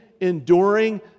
enduring